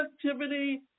Productivity